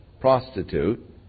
prostitute